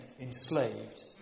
enslaved